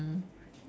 mm